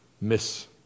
miss